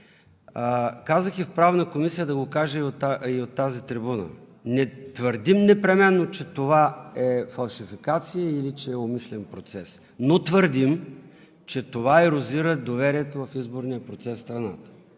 Казах и в Правната комисия, да го кажа и от тази трибуна – не твърдим непременно, че това е фалшификация или че е умишлен процес, но твърдим, че това ерозира доверието в изборния процес в страната.